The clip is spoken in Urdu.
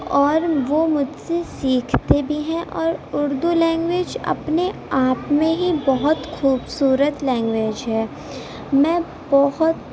اور وہ مجھ سے سیکھتے بھی ہیں اور اردو لینگویج اپنے آپ میں ہی بہت خوبصورت لینگویج ہے میں بہت